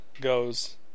goes